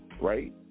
right